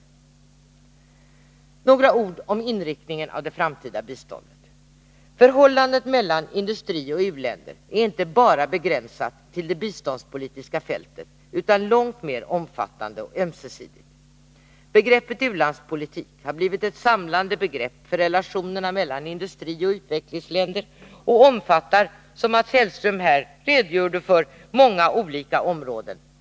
Så några ord om inriktningen av det framtida biståndet. Förhållandet mellan ioch u-länder är inte begränsat till det biståndspolitiska fältet utan är långt mer omfattande och ömsesidigt. U-landspolitik har blivit ett samlande begrepp för relationerna mellan industrioch utvecklingsländer och omfattar, som Mats Hellström redogjorde för, många olika områden.